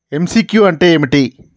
MCQ అంటే ఏమిటి?